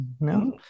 No